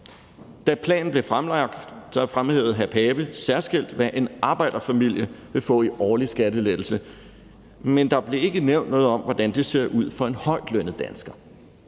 Da planen blev fremlagt, fremhævede hr. Søren Pape Poulsen særskilt, hvad en arbejderfamilie vil få i årlig skattelettelse, men der blev ikke nævnt noget om, hvordan det ser ud for en højtlønnet dansker.